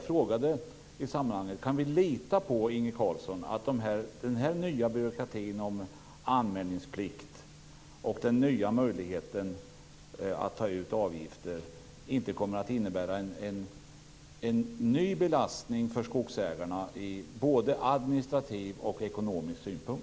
Kan vi lita på, Inge Carlsson, att den nya byråkratin om anmälningsplikt och den nya möjligheten att ta ut avgifter inte kommer att innebära en ny belastning för skogsägarna i administrativ och ekonomisk mening?